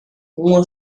uma